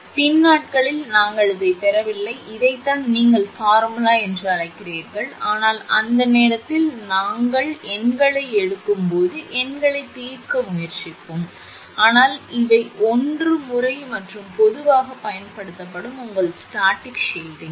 எனவே பின்னாட்களில் நாங்கள் இதைப் பெறவில்லை இதைத்தான் நீங்கள் பார்முலா என்று அழைக்கிறீர்கள் ஆனால் அந்த நேரத்தில் நாங்கள் எண்களை எடுக்கும் போது எண்களைத் தீர்க்க முயற்சிப்போம் ஆனால் இவை ஒன்று முறை மற்றும் பொதுவாக பயன்படுத்தப்படும் உங்கள் ஸ்டாடிக் ஷில்ட்டிங்